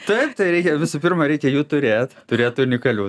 taip reikia visų pirma reikia jų turėt turėt unikalių